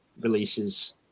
releases